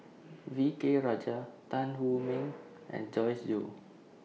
V K Rajah Tan Wu Meng and Joyce Jue